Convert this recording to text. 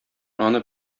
аны